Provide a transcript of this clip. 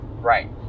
right